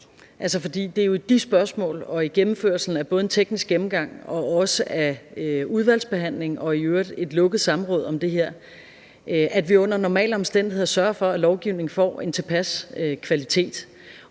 jo er i de spørgsmål og i gennemførslen af både en teknisk gennemgang og også af udvalgsbehandlingen og i øvrigt et lukket samråd om det her, at vi sørger for, at lovgivningen får en tilpas kvalitet